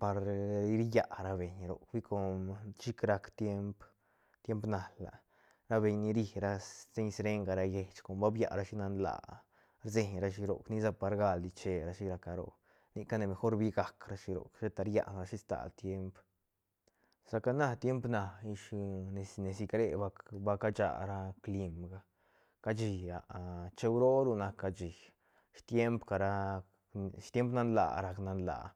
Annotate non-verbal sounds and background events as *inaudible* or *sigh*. par rilla ra beñ roc hui com chic rac tiemp timep nal a ra beñ ni rira steñ srenga ra lleich com ba biarashi nan laa a rseñrashi roc ni sa par galdi che rashi ra caro nica mejor rbigac rashi roc sheta rian ra shi stal tiemp sa ca na tiemp na ish nes- nesicre ba cachara climga cashi *hesitation* cheu roo ru nac cashi tiemp ca ra tiemp nan laa rac nan laa.